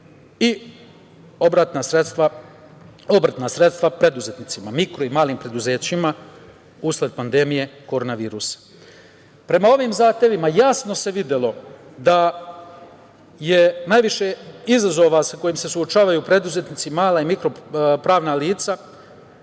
i obrtna sredstva preduzetnicima, mikro i malim preduzećima usled pandemije korona virusa.6/3 DJ/CGPrema ovim zahtevima, jasno se videlo da je najviše izazova sa kojim se suočavaju preduzetnici, mala i mikro pravna lica